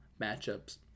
matchups